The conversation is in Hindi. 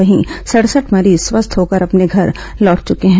वहीं सडसठ मरीज स्वस्थ होकर अपने घर लौट चुके हैं